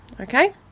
okay